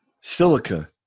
silica